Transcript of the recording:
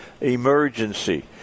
emergency